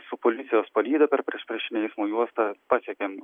su policijos palyda per priešpriešinio eismo juostą pasiekėm